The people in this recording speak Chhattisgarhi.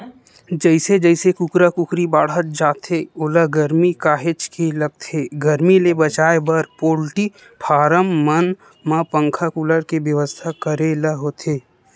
जइसे जइसे कुकरा कुकरी बाड़हत जाथे ओला गरमी काहेच के लगथे गरमी ले बचाए बर पोल्टी फारम मन म पंखा कूलर के बेवस्था करे ल होथे